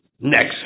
Next